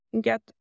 get